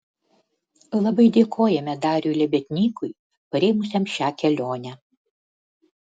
labai dėkojame dariui lebednykui parėmusiam šią kelionę